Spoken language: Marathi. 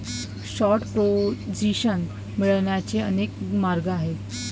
शॉर्ट पोझिशन मिळवण्याचे अनेक मार्ग आहेत